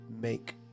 make